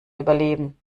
überleben